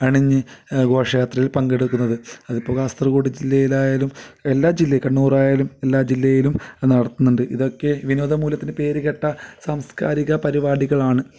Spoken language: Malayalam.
അണിഞ്ഞ് ഘോഷയാത്രയിൽ പങ്കെടുക്കുന്നത് അതിപ്പോ കാസർഗോഡ് ജില്ലയിലായാലും എല്ലാ ജില്ലയിലും കണ്ണൂറായാലും എല്ലാ ജില്ലയിലും അത് നടത്തുന്നുണ്ട് ഇതൊക്കെ വിനോദ മൂല്യത്തിന് പേരുകേട്ട സാംസ്കാരിക പരിപാടികളാണ്